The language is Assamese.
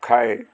খায়